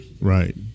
Right